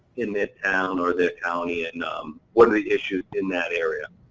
in their town or their county, and um what are the issues in that area.